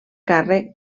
càrrec